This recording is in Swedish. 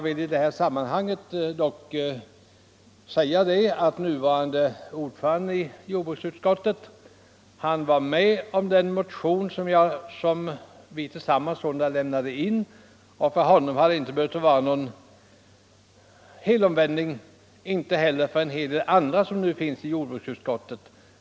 I det sammanhanget vill jag dock erinra om att jordbruksutskottets nuvarande ordförande var min medmotionär, och för honom har det alltså inte varit någon helomvändning, liksom inte heller för en hel del andra som nu finns i jordbruksutskottet.